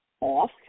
off